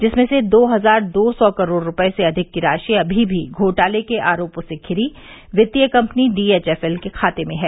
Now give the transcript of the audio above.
जिसमें से दो हजार दो सौ करोड़ रूपये से अधिक की राशि अमी भी घोटाते के आरोपो से धिरी वित्तीय कम्पनी डी एव एफ एल के खाते में है